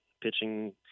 pitching